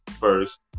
first